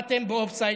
למה אתם באופסייד,